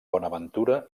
bonaventura